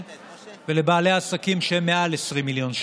וגם לבעלי עסקים עם מעל 20 מיליון שקל.